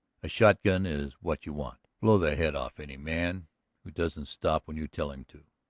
a shotgun is what you want. blow the head off any man who doesn't stop when you tell him to.